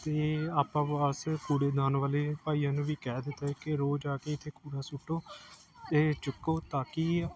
ਅਤੇ ਆਪਾਂ ਬਸ ਕੂੜੇਦਾਨ ਵਾਲੇ ਭਾਈਆਂ ਨੂੰ ਵੀ ਕਹਿ ਦਿੱਤਾ ਹੈ ਕਿ ਰੋਜ਼ ਆ ਕੇ ਇੱਥੇ ਕੂੜਾ ਸੁਟੋ ਇਹ ਚੁੱਕੋ ਤਾਂ ਕਿ